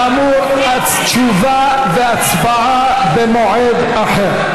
כאמור, התשובה וההצבעה במועד אחר.